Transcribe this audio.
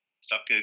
Stop